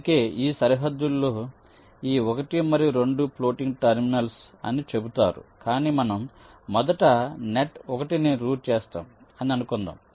అందుకే ఈ సరిహద్దులో ఈ 1 మరియు 2 ఫ్లోటింగ్ టెర్మినల్స్ అని చెబుతారు కాని మనం మొదట నెట్ 1 ని రూట్ చేస్తాం అని అనుకుందాం